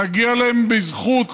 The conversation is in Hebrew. מגיע להם בזכות.